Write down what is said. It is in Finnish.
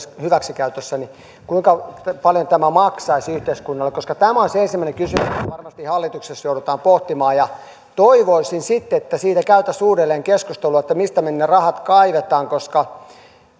hyväksikäytössä niin kuinka paljon tämä maksaisi yhteiskunnalle koska tämä on se ensimmäinen kysymys jota varmasti hallituksessa joudutaan pohtimaan toivoisin sitten että siitä käytäisiin uudelleen keskustelua että mistä me ne rahat kaivamme koska